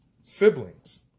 siblings